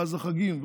ואז החגים,